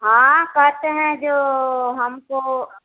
हाँ कहते हैं जो हमको